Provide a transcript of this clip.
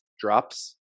drops